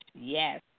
Yes